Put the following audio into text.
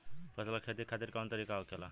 फसल का खेती खातिर कवन तरीका होखेला?